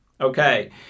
Okay